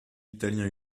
italien